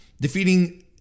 defeating